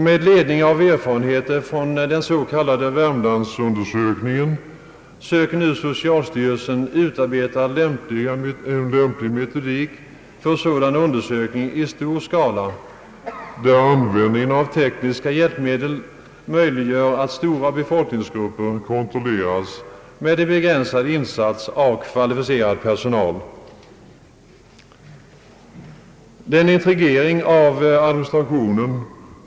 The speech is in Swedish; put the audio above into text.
Med ledning av den s.k. Värmlandsundersökningen söker nu socialstyrelsen utarbeta en lämplig metodik för sådana undersökningar i stor skala, där användningen av tekniska hjälpmedel möjliggör att stora befolkningsgrupper kontrolleras med en begränsad insats av kvalificerad personal.